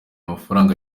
amafaranga